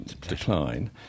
decline